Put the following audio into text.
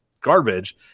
garbage